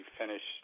finish